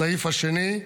הסעיף השני: